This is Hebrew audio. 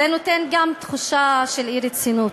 זה נותן גם תחושה של אי-רצינות.